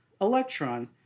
electron